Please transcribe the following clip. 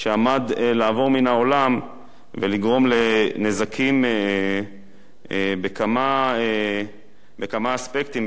שעמד לעבור מן העולם ולגרום לנזקים בכמה אספקטים,